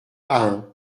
ahun